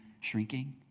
shrinking